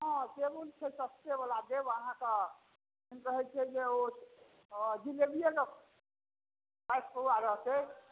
हँ टेबुल से सस्तेवला देब अहाँकेँ की कहै छै जे ओ जिलेबिएके पासि पौआ रहतै